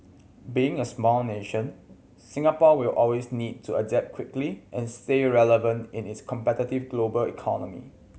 being a small nation Singapore will always need to adapt quickly and stay relevant in its competitive global economy